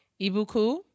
ibuku